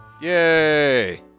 Yay